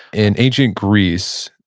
in ancient greece,